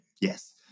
yes